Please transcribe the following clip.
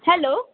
hello